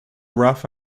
rough